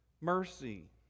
mercy